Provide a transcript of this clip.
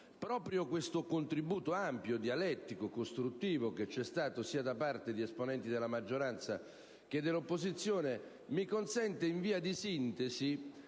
Proprio questo contributo ampio, dialettico e costruttivo da parte sia di esponenti della maggioranza che dell'opposizione mi consente, in via di sintesi,